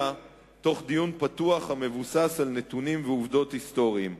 בדיון פתוח המבוסס על נתונים ועובדות היסטוריים,